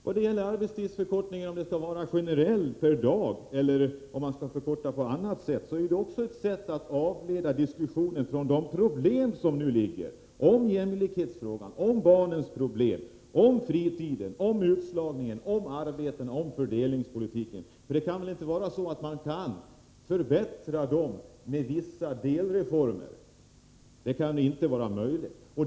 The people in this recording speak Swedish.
Att diskutera om arbetstidsförkortningen skall ske generellt per dag eller på annat sätt är ett sätt att avleda diskussionen från de problem som nu föreligger, om jämlikheten, barnens problem, fritiden, utslagningen, arbetena och fördelningspolitiken. Man kan väl inte åstadkomma förbättringar här genom vissa delreformer? Det kan väl inte vara möjligt?